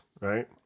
right